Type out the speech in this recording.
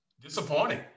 Disappointing